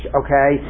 okay